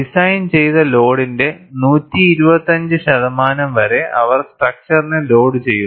design ചെയ്ത ലോഡിന്റെ 125 ശതമാനം വരെ അവർ സ്ട്രക്ച്ചറിനെ ലോഡുചെയ്യുന്നു